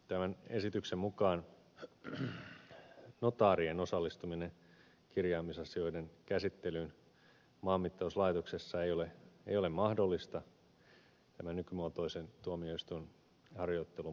tämän esityksen mukaan notaarien osallistuminen kirjaamisasioiden käsittelyyn maanmittauslaitoksessa ei ole mahdollista tämän nykymuotoisen tuomioistuinharjoittelun puitteissa